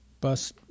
bus